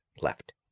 left